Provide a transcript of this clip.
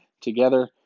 together